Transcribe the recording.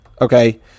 Okay